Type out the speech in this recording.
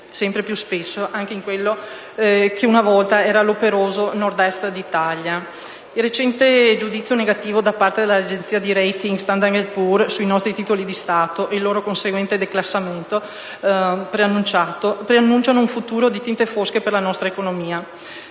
sempre più spesso anche in quello che una volta era l'operoso Nord-Est d'Italia. Il recente giudizio negativo da parte dell'agenzia di *rating* Standard & Poor's sui nostri titoli di Stato e il loro conseguente declassamento preannunciano un futuro a tinte fosche per la nostra economia.